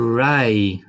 right